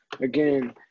Again